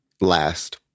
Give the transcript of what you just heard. last